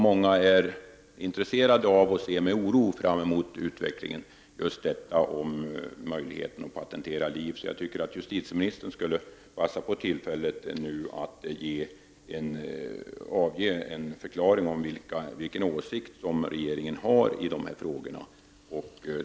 Många är också intresserade av den och ser med oro på utvecklingen när det gäller möjligheten att patentera liv. Jag tycker därför att justitieministern skulle begagna tillfället att förklara vilken åsikt regeringen har i dessa frågor.